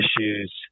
issues